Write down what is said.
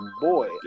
boy